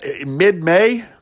Mid-May